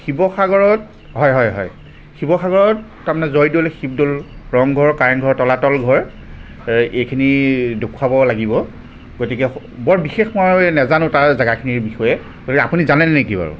শিৱসাগৰত হয় হয় হয় শিৱসাগৰত তাৰমানে জয়দৌল শিৱদৌল ৰংঘৰ কাৰেংঘৰ তলাতল ঘৰ এইখিনি দেখুৱাব লাগিব গতিকে মই বৰ বিশেষ তাৰ নাজানো জেগাখিনিৰ বিষয়ে আপুনি জানে নেকি বাৰু